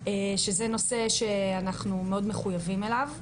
שזה נושא שאנחנו מאוד מחויבים אליו,